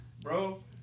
bro